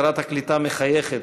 שרת הקליטה מחייכת,